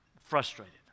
frustrated